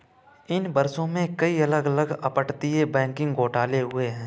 इन वर्षों में, कई अलग अलग अपतटीय बैंकिंग घोटाले हुए हैं